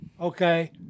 okay